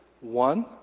One